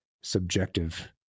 subjective